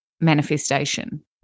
manifestation